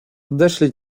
odeszli